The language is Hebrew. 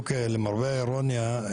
למרבה האירוניה.